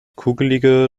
kugelige